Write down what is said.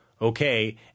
Okay